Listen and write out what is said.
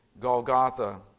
Golgotha